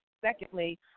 Secondly